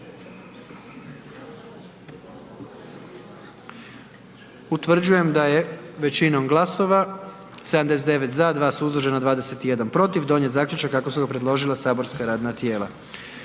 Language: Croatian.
Utvrđujem da je većinom glasova, 97 za, 1 suzdržan i 3 protiv donijet zaključak kako ga je preložilo matično saborsko radno tijelo.